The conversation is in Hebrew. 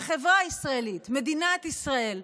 החברה הישראלית, מדינת ישראל,